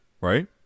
right